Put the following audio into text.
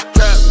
Trap